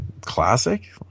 classic